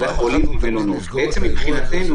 מבחינתנו,